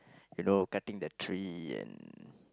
you know cutting the tree and